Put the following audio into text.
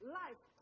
life